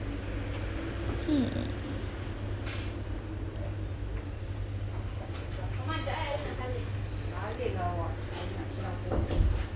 hmm